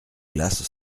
glace